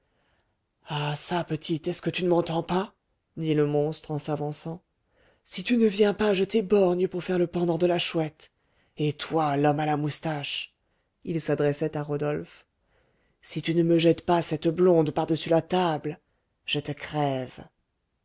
ah çà petite est-ce que tu ne m'entends pas dit le monstre en s'avançant si tu ne viens pas je t'éborgne pour faire le pendant de la chouette et toi l'homme à moustache il s'adressait à rodolphe si tu ne me jettes pas cette blonde par-dessus la table je te crève